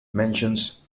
mentions